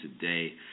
today